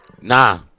Nah